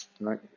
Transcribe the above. Right